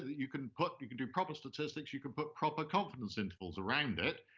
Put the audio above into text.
you can put, you can do proper statistics, you can put proper confidence intervals around it,